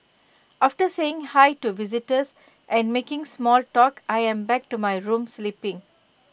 after saying hi to visitors and making small talk I'm back to my room sleeping